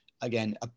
again